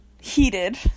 heated